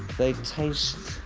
they taste?